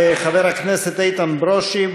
חבר הכנסת איתן ברושי.